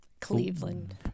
Cleveland